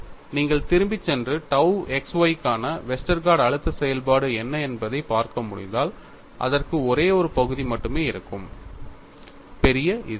நீங்கள் திரும்பிச் சென்று tau x y க்கான வெஸ்டர்கார்ட் அழுத்த செயல்பாடு என்ன என்பதைப் பார்க்க முடிந்தால் அதற்கு ஒரே ஒரு பகுதி மட்டுமே இருக்கும் பெரிய Z